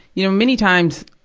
you know, many times,